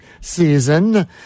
season